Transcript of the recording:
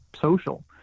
social